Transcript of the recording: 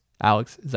Alex